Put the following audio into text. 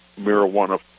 marijuana